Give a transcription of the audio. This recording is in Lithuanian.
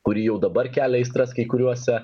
kuri jau dabar kelia aistras kai kuriuose